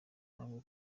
kabwo